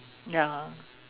ya